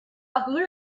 parcouru